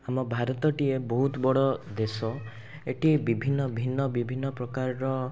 ଆମ ଭାରତଟିଏ ବହୁତ ବଡ଼ ଦେଶ ଏଠି ବିଭିନ୍ନ ଭିନ୍ନ ବିଭିନ୍ନପ୍ରକାରର